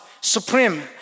supreme